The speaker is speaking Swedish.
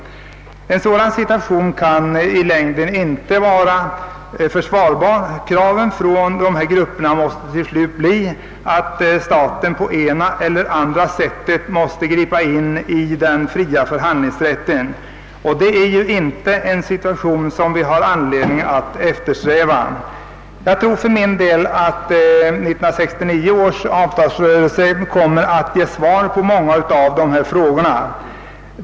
Ett sådant förhållande är i längden inte försvarbart; kraven från dessa grupper måste till slut bli att staten på ena eller andra sättet skall ingripa i den fria förhandlingsrätten, och det är inte ett läge som: vi har anledning att eftersträva. Jag tror för min del att 1969 års avtalsrörelse kommer att ge svar på hithörande frågor.